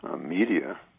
media